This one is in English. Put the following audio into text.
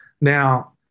Now